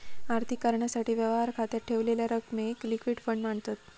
आर्थिक कारणासाठी, व्यवहार खात्यात ठेवलेल्या रकमेक लिक्विड फंड मांनतत